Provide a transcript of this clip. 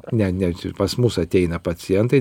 ne ne pas mus ateina pacientai